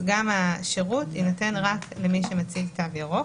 גם השירות יינתן רק למי שמציג תו ירוק.